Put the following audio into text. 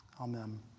Amen